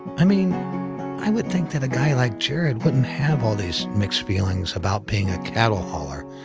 i mean i would think that a guy like jared wouldn't have all these mixed feelings about being a cattle hauler.